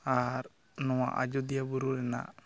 ᱟᱨ ᱱᱚᱣᱟ ᱟᱡᱚᱫᱤᱭᱟᱹ ᱵᱩᱨᱩ ᱨᱮᱱᱟᱜ